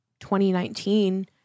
2019